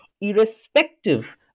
irrespective